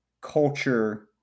culture